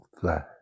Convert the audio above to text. fly